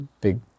big